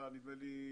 יוסי,